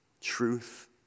truth